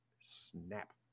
Snap